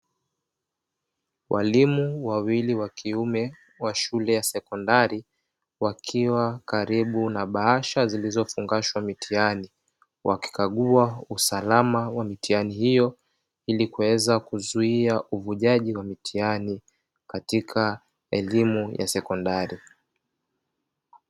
Walimu wa wawili wa kiume wa shule ya sekondari wakiwa karibu na bahasha zilizofungashwa mitihani, wakikagua usalama wa mitihani hiyo, ili kuweza kuzuia uvujaji wa mitihani katika elimu ya sekondari.